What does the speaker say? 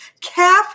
Calf